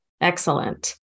Excellent